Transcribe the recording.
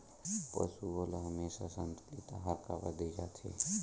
पशुओं ल हमेशा संतुलित आहार काबर दे जाथे?